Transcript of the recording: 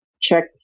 check